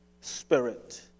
spirit